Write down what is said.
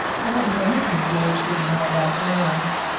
there wasn't anything george didn't know about lions.